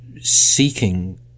seeking